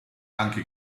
anche